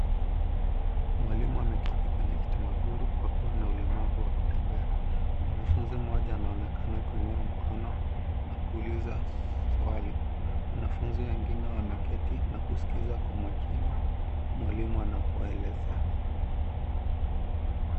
Mwalimu ameketi kwenye kiti makuru Kwa kuwa na ulemafu wa kutembea, mwanafunzi mmoja anaonekana kuinua mkono na kuulisa swali wanafunzi wengine wameketi a kusikisa Kwa makini mwalimu anapoelesea